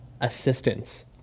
assistance